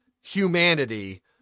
humanity